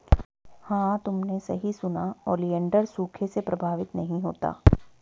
हां तुमने सही सुना, ओलिएंडर सूखे से प्रभावित नहीं होता